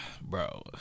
bro